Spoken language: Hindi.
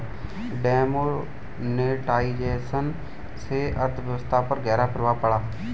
डिमोनेटाइजेशन से अर्थव्यवस्था पर ग़हरा प्रभाव पड़ा